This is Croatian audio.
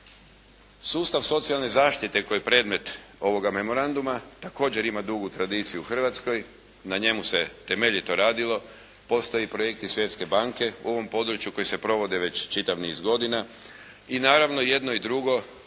Sustav socijalne zaštite koji je predmet ovoga memoranduma također ima dugu tradiciju u Hrvatskoj, na njemu se temeljito redilo. Postoje projekti Svjetske banke u ovom području koji se provode već čitav niz godina. I naravno, i jedno i drugo